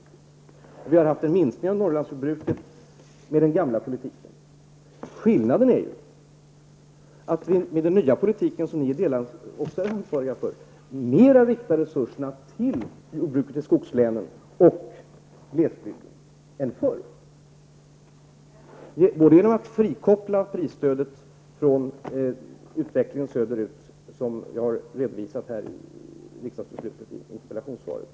Med den gamla politiken har det skett en minskning av Norrlandsjordbruket till skillnad från den nya politiken, som ni också är ansvariga för, där man mer än förr riktar resurserna till jordbruket i skogslänen och glesbygden. Det sker genom att man frikopplar prisstödet från utvecklingen söderut, vilket jag har redovisat i interpellationssvaret.